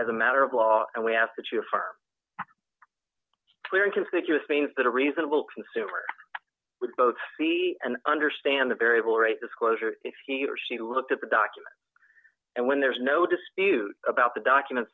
as a matter of law and we have to cheer for clearing conspicuous means that a reasonable consumer would both be and understand the variable rate disclosure if he or she looked at the documents and when there is no dispute about the documents